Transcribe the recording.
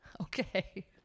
Okay